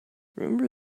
remember